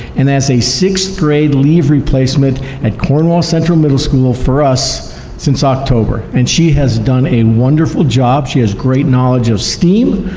and as a sixth grade leave replacement at cornwall central middle school for us since october. and she has done a wonderful job. she has great knowledge of steam,